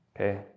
Okay